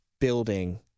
building